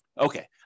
Okay